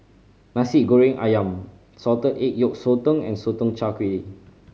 Nasi Goreng Ayam salted egg yolk sotong and Sotong Char Kway